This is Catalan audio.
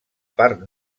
part